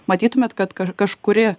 matytumėt kad kažkuri